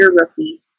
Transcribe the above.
Rookie